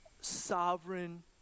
sovereign